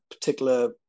particular